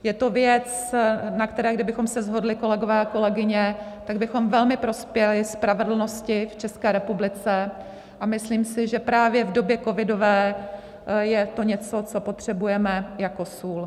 Je to věc, na které kdybychom se shodli, kolegové a kolegyně, tak bychom velmi prospěli spravedlnosti v České republice, a myslím si, že právě v době covidové je to něco, co potřebujeme jako sůl.